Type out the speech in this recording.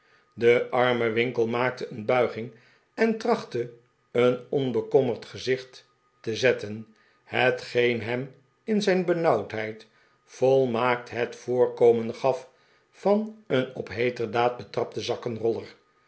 de arme winkle maakte een bulging en trachtte een onbekommerd gezicht te zetten hetgeen hem in zijn benauwdheid volmaakt het voorkomen gaf van een op heeterdaad betrapten zakkenroller